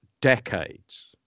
decades –